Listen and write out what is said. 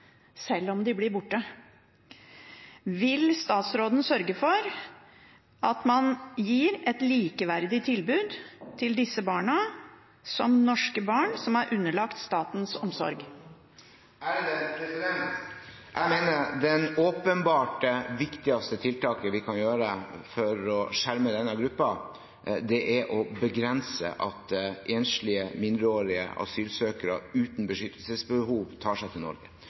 blir borte. Vil statsråden sørge for at man gir et tilbud til disse barna som er likeverdig med det norske barn som er underlagt statens omsorg, får? Jeg mener at det åpenbart viktigste tiltaket vi kan sette i verk for å skjerme denne gruppen, er å begrense at enslige mindreårige asylsøkere uten beskyttelsesbehov tar seg til